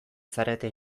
zarete